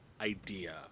idea